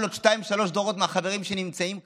אבל עוד שניים-שלושה דורות מהחברים שנמצאים כאן,